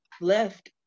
left